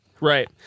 Right